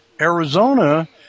Arizona